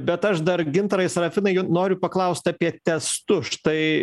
bet aš dar gintarai sarafinai noriu paklaust apie testus štai